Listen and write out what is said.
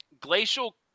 glacial